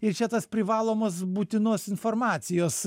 ir čia tas privalomos būtinos informacijos